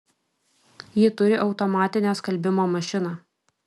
ji turi automatinę skalbimo mašiną